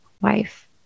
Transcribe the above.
wife